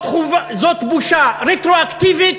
זאת בושה רטרואקטיבית,